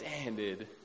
standard